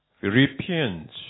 Philippians